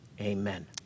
amen